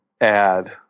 add